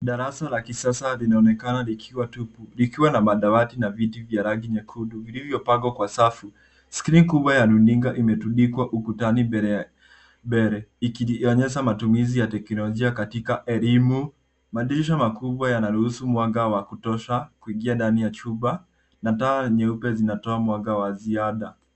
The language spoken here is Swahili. Darasa la kisasa linaonekana likiwa tupu, likiwa na madawati na viti vya rangi nyekundu, vilivyopangwa kwa safu. Skrini kubwa ya runinga imetundikwa ukutani mbele. Ikionyesha matumizi ya teknolojia katika elimu. Madirisha makubwa yanaruhusu mwanga wa kutosha kuingia ndani ya chumba, na taa nyeupe zinatoa mwanga wa ziada.